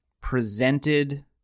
presented